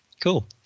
cool